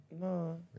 No